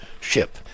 ship